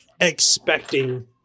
expecting